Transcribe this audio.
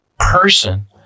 person